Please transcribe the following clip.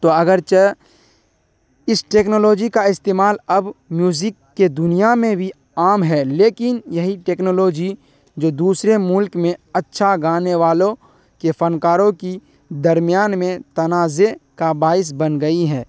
تو اگرچہ اس ٹیکنالوجی کا استعمال اب میوزک کے دنیا میں بھی عام ہے لیکن یہی ٹیکنالوجی جو دوسرے ملک میں اچھا گانے والوں کے فنکاروں کی درمیان میں تنازع کا باعث بن گئیں ہے